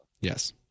Yes